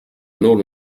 non